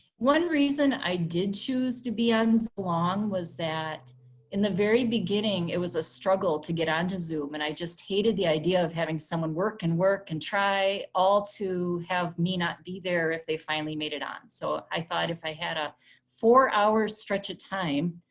one reason i did choose to be on so long was that in the very beginning it was a struggle to get onto zoom. and i just hated the idea of having someone work and work and try all to have me not be there if they finally made it on. so i thought if i had a four hour stretch of time,